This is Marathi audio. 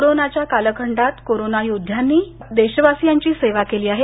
कोरोनाच्या कालखंडात कोरोना योध्यांनी देशवासियांची सेवा केली आहे